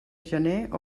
gener